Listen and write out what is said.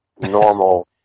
normal